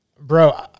Bro